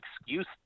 excuse